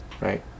right